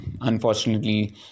unfortunately